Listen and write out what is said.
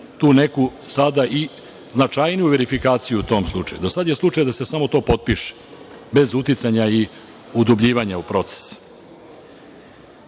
tu neku sada i značajniju verifikaciju tom slučaju. Do sada je slučaj da se samo to potpiše, bez uticanja i udubljivanja u proces. Takođe,